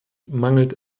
mangelt